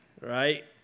right